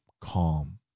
calm